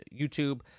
YouTube